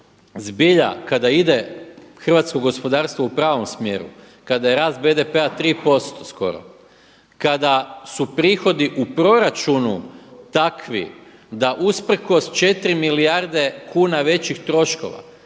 zbilja kada ide hrvatsko gospodarstvo u pravom smjeru, kada je rast BDP-a 3% skoro, kada su prihodi u proračunu takvi da usprkos 4 milijarde kuna većih troškova.